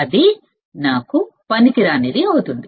అది నాకు పనికి రాదు